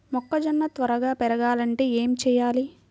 మొక్కజోన్న త్వరగా పెరగాలంటే ఏమి చెయ్యాలి?